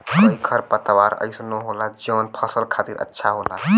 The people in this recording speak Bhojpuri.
कई खरपतवार अइसनो होला जौन फसल खातिर अच्छा होला